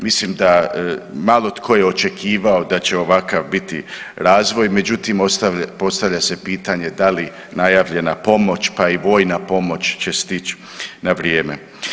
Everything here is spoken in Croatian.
Mislim da malo tko je očekivao da će ovakav biti razvoj, međutim postavlja se pitanje da li najavljena pomoć, pa i vojna pomoć će stići na vrijeme.